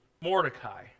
Mordecai